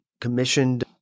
commissioned